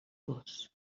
gos